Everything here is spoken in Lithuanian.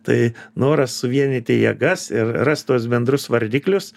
tai noras suvienyti jėgas ir rasti tuos bendrus vardiklius